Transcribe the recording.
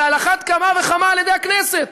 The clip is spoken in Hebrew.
ועל אחת כמה וכמה לא על-ידי הכנסת,